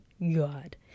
God